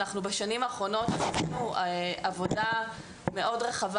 בשנים האחרונות אנחנו עשינו עבודה מאוד רחבה